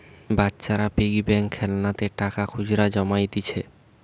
বাচ্চারা piggy bank খেলনাতে টাকা খুচরা জমাইতিছে